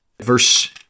verse